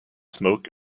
smoke